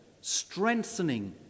strengthening